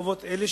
חובות אלה,